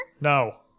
No